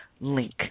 link